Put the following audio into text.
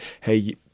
hey